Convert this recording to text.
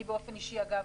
אני באופן אישי, אגב,